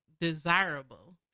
desirable